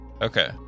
Okay